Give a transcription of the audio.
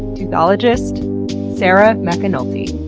teuthologist sarah mcanulty.